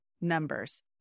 numbers